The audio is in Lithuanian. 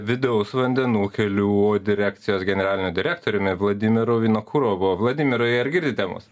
vidaus vandenų kelių direkcijos generaliniu direktoriumi vladimiru vinokurovu vladimirai ar girdite mus